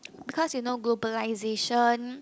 because you know globalisation